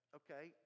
okay